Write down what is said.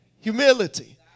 Humility